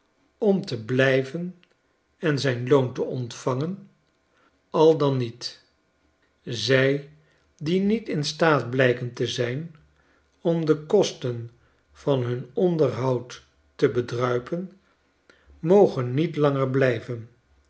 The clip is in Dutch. om te blijvenenzyn loon te ontvangen al dan niet zij die niet in staat blijken te zijn om de kosten van hun onderhoud te bedruipen mogen niet langer blijven